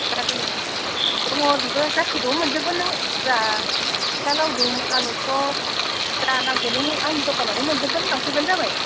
जागोन दङ बिबो गासैबो मोनजोबगोन नों जा फिथा लावदुम आलु सप जा नांगौ नों आंनि दखानावनो मोनजोबगोन लांफैब्लानो जाबाय